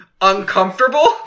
uncomfortable